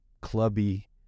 clubby